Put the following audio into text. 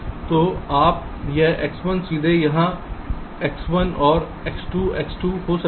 तो आप यह X1 सीधे यहां X1 और X2 X 2 हो सकते हैं